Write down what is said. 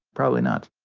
probably not.